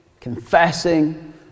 confessing